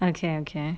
okay okay